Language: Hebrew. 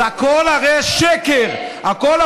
חבר הכנסת